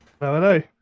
Hello